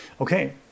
Okay